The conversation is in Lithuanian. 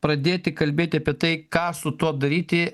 pradėti kalbėti apie tai ką su tuo daryti